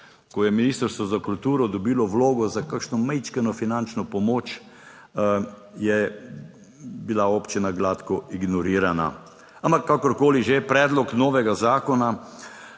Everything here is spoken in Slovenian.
Ko je Ministrstvo za kulturo dobilo vlogo za kakšno majčkeno finančno pomoč, je bila občina gladko ignorirana, ampak kakorkoli že, predlog novega zakona